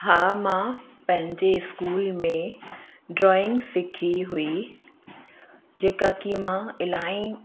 हा मां पंहिंजे स्कूल में ड्रॉइंग सिखी हुई जेका कि मां इलाही